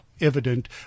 Evident